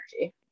energy